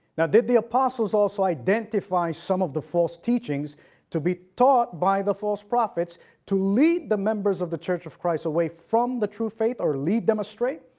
now did the apostles also identify some of the false teachings to be taught by the false prophets to lead the members of the church of christ away from the true faith or lead them astray?